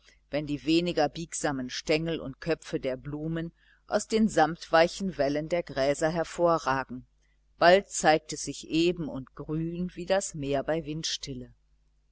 wenn die weniger biegsamen stengel und köpfe der blumen aus den samtweichen wellen der gräser hervorragen bald zeigt es sich eben und grün wie das meer bei windstille